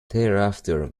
thereafter